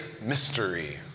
Mystery